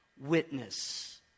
witness